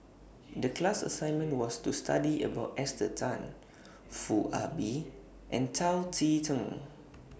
The class assignment was to study about Esther Tan Foo Ah Bee and Chao Tzee Cheng